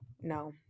no